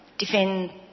defend